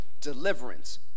deliverance